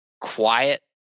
quiet